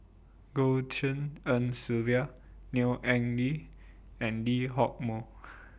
Goh Tshin En Sylvia Neo Anngee and Lee Hock Moh